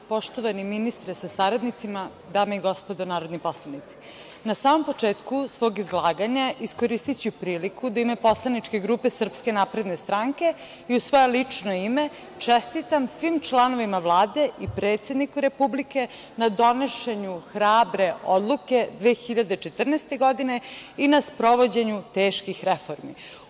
Poštovani ministre sa saradnicima, dame i gospodo narodni poslanici, na samom početku svog izlaganja iskoristiću priliku da u ime poslaničke grupe SNS i u svoje lično ime čestitam svim članovima Vlade i predsedniku Republike na donošenju hrabre odluke 2014. godine i na sprovođenju teških reformi.